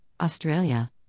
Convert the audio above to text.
Australia